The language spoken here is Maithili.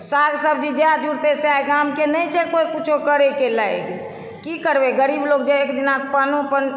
साग सब्ज़ी जएह जुड़तै सएह गाम के नहि छै कुछो करय लायक़ की करबै गरीब लोक जे एक दिना पानो पर